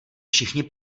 všichni